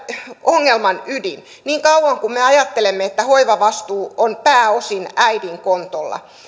ongelman ydin niin kauan kuin me ajattelemme että hoivavastuu on pääosin äidin kontolla